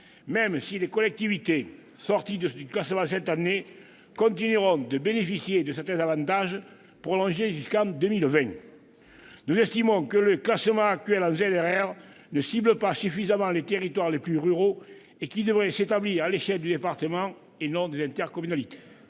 même si les collectivités sorties du classement cette année continueront de bénéficier de certains avantages jusqu'en 2020. Nous estimons que le classement actuel en ZRR ne cible pas suffisamment les territoires les plus ruraux et qu'il devrait s'établir à l'échelle du département, et non des intercommunalités.